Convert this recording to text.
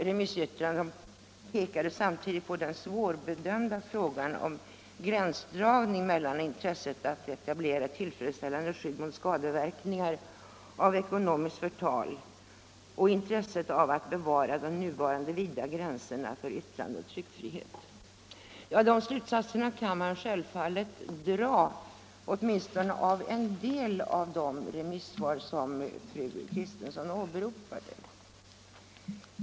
Remissyttrandena pekade samtidigt på den svårbedömda frågan om gränsdragning mellan intresset av att etablera ett tillfredsställande skydd mot skadeverkningar av ekonomiskt förtal och intresset av att bevara de nuvarande vida gränserna för yttrandeoch tryckfrihet.” Ja, de slutsatserna kan man självfallet dra, åtminstone av en del av de remissvar som fru Kristensson åberopade.